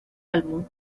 álbum